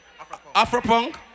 AfroPunk